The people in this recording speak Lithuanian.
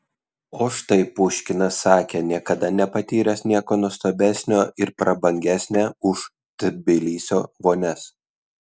o štai puškinas sakė niekada nepatyręs nieko nuostabesnio ir prabangesnio už tbilisio vonias